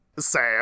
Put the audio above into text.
Sam